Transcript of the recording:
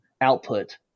output